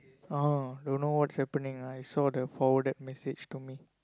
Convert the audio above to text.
orh don't know what's happening lah I saw the forwarded message to me